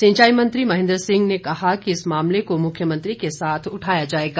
सिंचाई मंत्री महेन्द्र सिंह ने कहा कि इस मामले को मुख्यमंत्री के साथ उठाया जाएगा